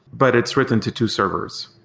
but it's written to two servers.